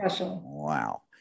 Wow